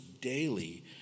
Daily